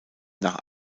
nach